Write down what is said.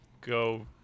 Go